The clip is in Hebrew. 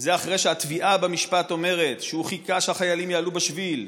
וזה אחרי שהתביעה במשפט אומרת שהוא חיכה שהחיילים יעלו בשביל,